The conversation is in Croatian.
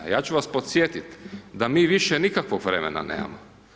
A ja ću vas podsjetiti da mi više nikakvog vremena nemamo.